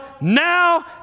Now